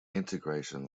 integration